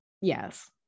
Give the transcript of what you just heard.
Yes